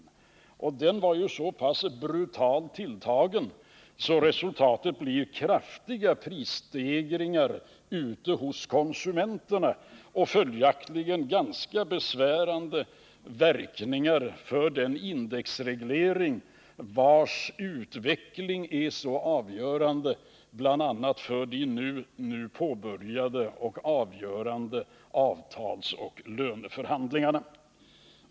Denna skatt var så pass brutalt tilltagen att resultatet blev kraftiga prisstegringar i konsumentledet med följaktligen ganska besvärande verkningar för den indexreglering vars utveckling är så avgörande bl.a. för de nu påbörjade avtalsoch löneförhandlingarna.